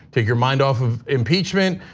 take your mind off of impeachment.